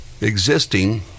existing